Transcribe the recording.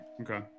Okay